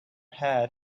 had